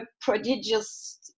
prodigious